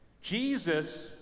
Jesus